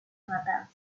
matanza